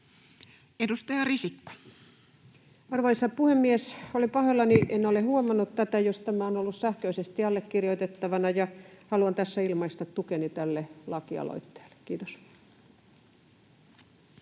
19:26 Content: Arvoisa puhemies! Olen pahoillani, en ole huomannut tätä, jos tämä on ollut sähköisesti allekirjoitettavana, ja haluan tässä ilmaista tukeni tälle lakialoitteelle. — Kiitos.